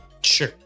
Sure